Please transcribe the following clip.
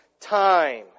time